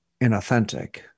inauthentic